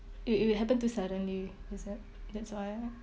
it it happen too suddenly is it that's why